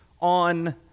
on